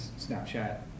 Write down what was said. Snapchat